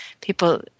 People